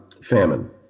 famine